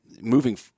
moving